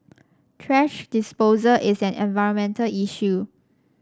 thrash disposal is an environmental issue